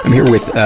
here with, ah,